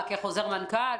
כחוזר מנכ"ל?